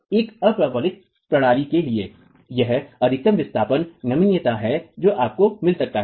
एक अ प्रबलित प्रणाली के लिए यह अधिकतम विस्थापन नमनीयता है जो आपको मिल सकता है